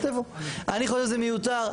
אני חושב שזה מיותר,